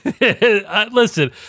Listen